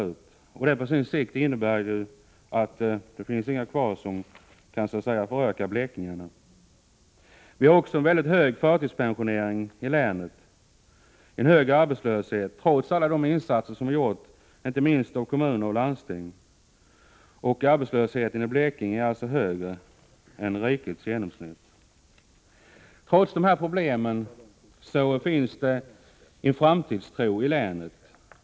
Detta innebär att det på sikt inte kommer att finnas några kvar som så att säga kan föröka blekingarna. Vi har en hög grad av förtidspensionering i länet och en högre arbetslöshet, trots alla de insatser som har gjorts inte minst av kommuner och landsting. Arbetslösheten i Blekinge är högre än rikets genomsnitt. Trots dessa problem finns det en framtidstro i länet.